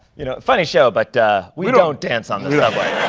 you know, funny show, but we don't dance on the subway.